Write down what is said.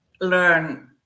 learn